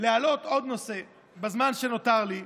להעלות עוד נושא בזמן שנותר לי,